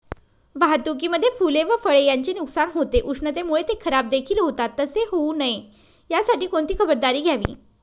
वाहतुकीमध्ये फूले व फळे यांचे नुकसान होते, उष्णतेमुळे ते खराबदेखील होतात तसे होऊ नये यासाठी कोणती खबरदारी घ्यावी?